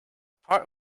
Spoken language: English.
part